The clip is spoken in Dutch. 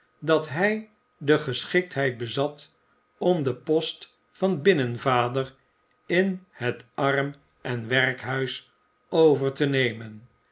dat hij de geschiktheid bezat om den post van binnenvader in het arm en werkhuis over te nemen